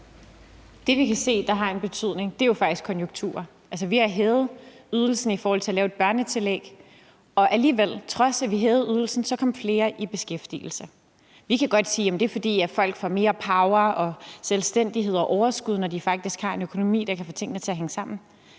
Det, vi kan se har en betydning, er jo faktisk konjunkturer. Vi har hævet ydelsen i forhold til at lave et børnetillæg, og alligevel kom flere i beskæftigelse. Vi kan godt sige, at det er, fordi folk får mere power, selvstændighed og overskud, når de faktisk har en økonomi, der kan få tingene til at hænge sammen,